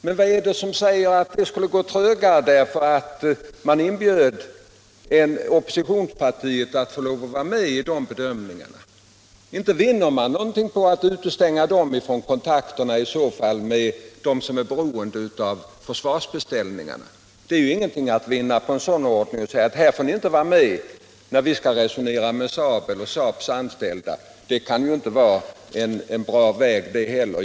Men vad är det som säger att det skulle gå trögare om man inbjöd representanter för oppositionspartiet att vara med vid bedömningarna? Inte vinner man någonting på att utestänga dem från kontakterna med dem som är beroende av försvarsbeställningarna! Det är ingenting att vinna på att säga att ”här får ni inte vara med när vi skall resonera med SAAB:s anställda”.